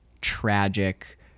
Tragic